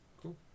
Cool